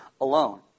alone